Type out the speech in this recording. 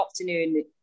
afternoon